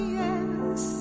yes